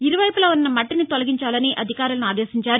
ఇరువైపులా ఉన్న మట్టిని తొలగించాలని అధికారులను ఆదేశించారు